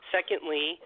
Secondly